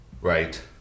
Right